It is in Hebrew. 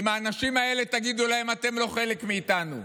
אם האנשים האלה, תגידו להם: אתם לא חלק מאיתנו,